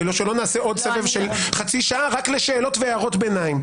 שלא נעשה עוד סבב של חצי שעה רק לשאלות ולהערות ביניים.